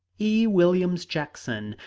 e. williams jackson,